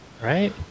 Right